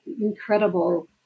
incredible